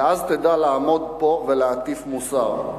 ואז תדע לעמוד פה ולהטיף מוסר.